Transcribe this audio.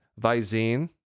Visine